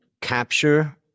capture